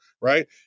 right